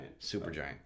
Supergiant